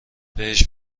بهش